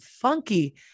funky